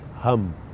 Hum